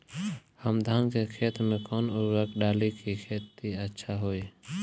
हम धान के खेत में कवन उर्वरक डाली कि खेती अच्छा होई?